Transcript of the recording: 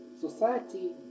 society